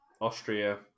Austria